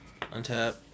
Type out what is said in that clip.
Untap